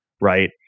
right